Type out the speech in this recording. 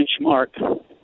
benchmark